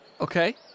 Okay